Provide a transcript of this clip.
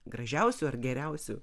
gražiausių ar geriausių